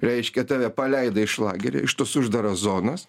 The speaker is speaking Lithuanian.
reiškia tave paleido iš lagerio iš tos uždaros zonos